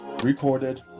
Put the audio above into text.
recorded